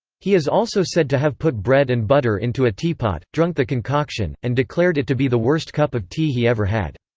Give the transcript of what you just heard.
he is also said to have put bread and butter into a teapot, drunk the concoction, and declared it to be the worst cup of tea he ever had.